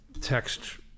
text